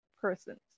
persons